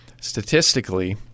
statistically